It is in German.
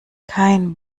kein